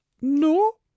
No